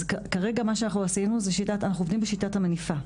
אנחנו עובדים בשיטת המניפה.